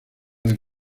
del